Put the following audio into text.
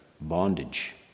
bondage